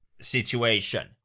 situation